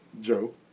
Joe